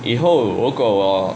以后如果我